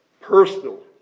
personal